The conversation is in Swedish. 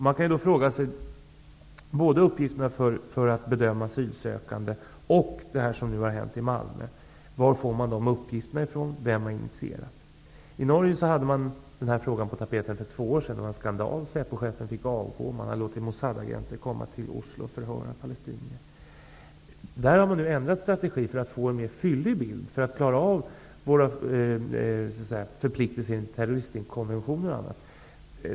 Både när det gäller uppgifter för bedömning av asylsökande och när det gäller det som nu har hänt i Malmö kan man fråga sig: Varifrån kommer uppgifterna, och vem har initierat detta? I Norge var denna fråga på tapeten för två år sedan. Det var en skandal, där Säpochefen fick avgå. Man hade låtit Mossad-agenter komma till Oslo för att höra palestinier. Man har där nu ändrat sin strategi för att få en fylligare bild och för att klara sina förpliktelser enligt terroristkonventionerna.